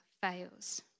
fails